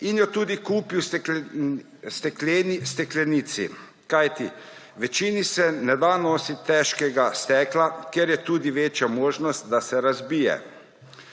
in jo tudi kupi v stekleni steklenici, kajti večini se ne da nositi težkega stekla, ker je tudi večja možnost, da se razbije.